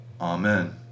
Amen